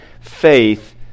faith